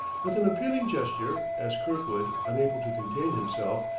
with an appealing gesture, as kirkwood, unable to contain himself,